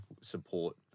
support